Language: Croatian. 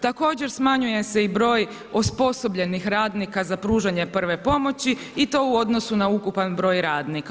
Također smanjuje se i broj osposobljenih radnika za pružanje prve pomoći i to u odnosu na ukupan broj radnika.